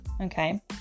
okay